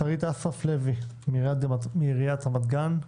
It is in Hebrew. שרית אסרף לוי מעיריית רמת-גן,